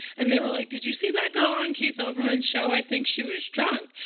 and they were like, did you see that girl on keith olbermann's show? i think she was drunk.